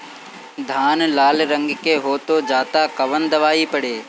धान लाल रंग के हो जाता कवन दवाई पढ़े?